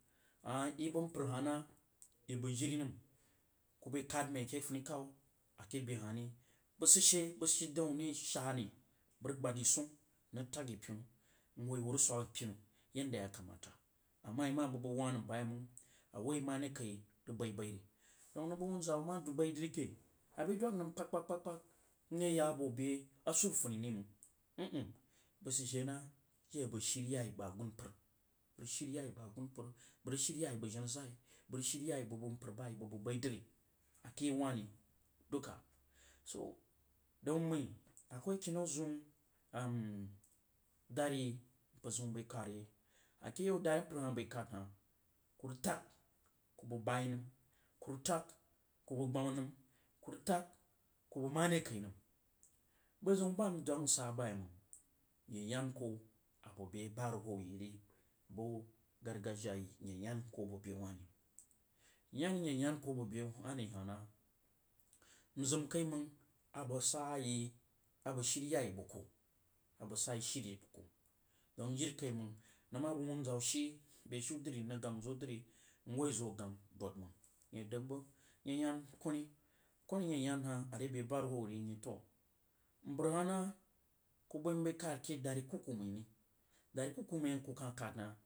Ah i bag mpar hah nah ibag jiri nam ku bai kad nudi ake funikan ake behahni bau sid she bagsid daun naishu ne bad rag gbad yi swon rag tag yi pinu, nhoo yi hoo rag swa apini yind yakamata ama ima babag woh nam bayeimang mare kai rag bai bairi toah nang bag wunza wuma bai dri ke abzi doung nama lepagkpag n yabo be surufuniri mang bag sad she na jiri, abag shriya yi bag agumpar bag rag shirya yi sag agunmpar bag bag shirya yi bag jena zay bag ya gshirya yi bag bag mpaar ba ibai dri ake yau wah ri duka so dan mmti akwai kinnau zaun dri yii mpar zaun bai kad yei ake yau dri a mpar hah bai kadhah ku tag, ku bag bai nəm ku eag tag ku bag gbana nəm kurag tag ku bag more kai nəm bə bəzaun ba m dwag nsaba yeimang nye yai ku abe buhar hwo bu gargajiya yi ri n yteyao ku abe wall ri. yani a mye yah koh bobe wah rihah na? Mzim kai mang sa yi abag shiriya yi bag ku a bəg sayi shiri bag ku dong jiri kaimang nang ma bag wunza wu shi beshin dri n rog woi zo agang dod man, nye dag bəg nye yan koni koni a ye yan yah are be ba hiruwho rinyi toah mbar hah nah ku bai mabai kad ke dari kuku mai ri dari kuku məiaku kah kad hah.